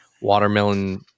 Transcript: watermelon